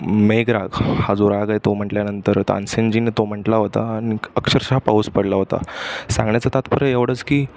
मेघ राग हा जो राग आहे तो म्हटल्यानंतर तानसेनजीने तो म्हटला होता आणि अक्षरशः पाऊस पडला होता सांगण्याचा तात्पर्य एवढंच की